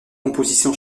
composition